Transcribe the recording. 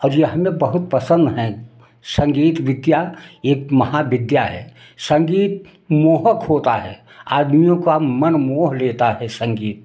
और यह हमें बहुत पसंद है संगीत विज्ञा एक महाविज्ञा है संगीत मोहक होता है आदमियों का मन मोह लेता है संगीत